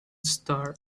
star